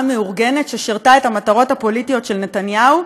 המאורגנת ששירתה את המטרות הפוליטיות של נתניהו,